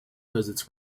visits